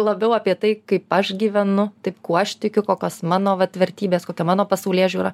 labiau apie tai kaip aš gyvenu tai kuo aš tikiu kokios mano vat vertybės kokia mano pasaulėžiūra